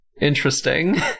Interesting